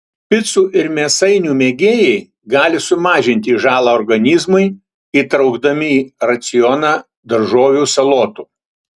picų ir mėsainių mėgėjai gali sumažinti žalą organizmui įtraukdami į racioną daržovių salotų